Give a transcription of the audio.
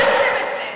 אתם לא בדקתם את זה.